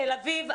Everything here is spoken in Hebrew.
תל אביב,